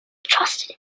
trusted